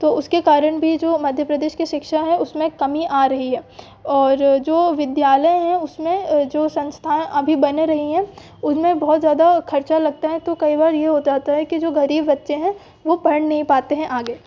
तो उसके कारण भी जो मध्य प्रदेश के सिक्षा है उसमें कमी आ रही है और जो विद्यालय हैं उसमें जो संस्था हैं अभी बन रही है उनमें बहुत ज़्यादा खर्चा लगता है तो कई बार यह हो जाता है की जो गरीब बच्चे हैं वह पढ़ नहीं पाते हैं आगे